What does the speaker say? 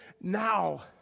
now